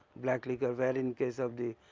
black liquor where in case of the